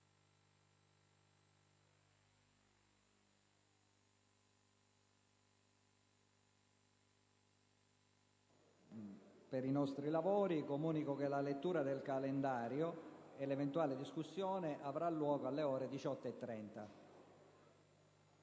ai nostri lavori, comunico che la lettura del calendario, con eventuale discussione, avrà luogo alle ore 18,30.